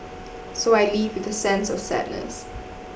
so I leave with a sense of sadness